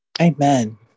Amen